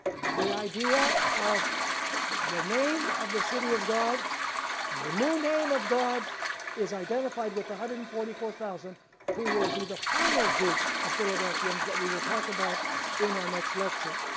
the idea of the name of the city of god and the new name of god is identified with one hundred and forty four thousand who will be the final group of philadelphians that we will talk about in our next lecture.